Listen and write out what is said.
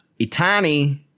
Itani